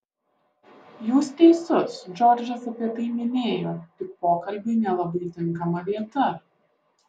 jūs teisus džordžas apie tai minėjo tik pokalbiui nelabai tinkama vieta